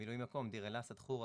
וממלאי המקום הם: דיר אל אסד, חורה